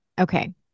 okay